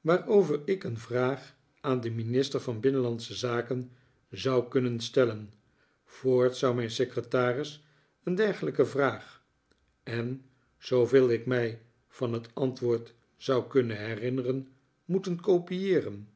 waarover ik een vraag aan den minister van binnenlandsche zaken zou kunnen stellen voorts zou mijn secretaris een dergelijke vraag en zooveel ik mij van het antwoord zou kunnen herinneren moeten kopieeren